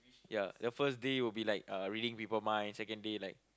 ya the first day will be like uh reading people mind second day like